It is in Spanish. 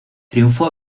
triunfó